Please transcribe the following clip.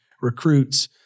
recruits